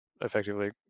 effectively